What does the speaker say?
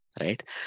right